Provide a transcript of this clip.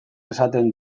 esaten